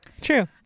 true